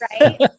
Right